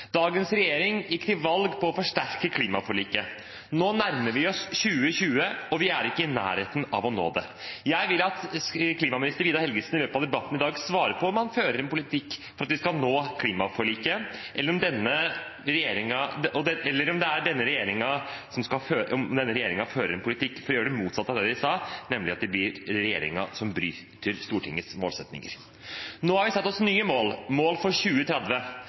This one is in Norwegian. Dagens regjering gikk til valg på å forsterke klimaforliket – nå nærmer vi oss 2020, og vi er ikke i nærheten av å nå det. Jeg vil at klima- og miljøminister Vidar Helgesen i løpet av debatten i dag svarer på om han fører en politikk for at vi skal nå klimaforliket, eller om denne regjeringen fører en politikk for å gjøre det motsatte av det de sa, og dermed blir regjeringen som bryter Stortingets målsettinger. Nå har vi satt oss nye mål, mål for 2030.